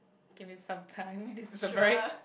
give me some time this is a very